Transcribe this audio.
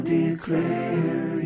declare